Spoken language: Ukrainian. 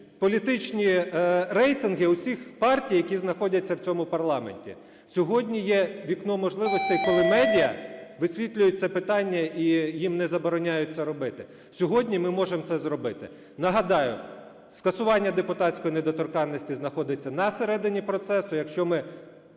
політичні рейтинги усіх партій, які знаходяться в цьому парламенті. Сьогодні є вікно можливостей, коли медіа висвітлює це питання - і їм не забороняють це робити, сьогодні ми можемо це зробити. Нагадаю, скасування депутатської недоторканності знаходиться на середині процесу.